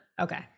Okay